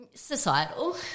societal